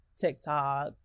TikTok